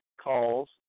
calls